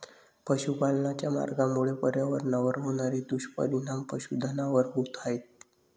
पशुपालनाच्या मार्गामुळे पर्यावरणावर होणारे दुष्परिणाम पशुधनावर होत आहेत